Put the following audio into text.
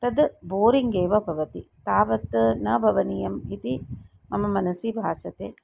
तद् बोरिङ्ग् एव भवति तावत् न भवनीयम् इति मम मनसि भासते